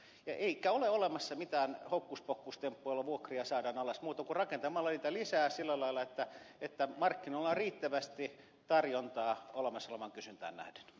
eikä ole olemassa mitään hokkuspokkustemppua jolla vuokria saadaan alas muuta kuin se että rakennetaan vuokra asuntoja lisää sillä lailla että markkinoilla on riittävästi tarjontaa olemassa olevaan kysyntään nähden